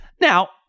Now